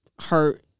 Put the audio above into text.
hurt